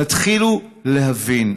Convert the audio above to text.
תתחילו להבין,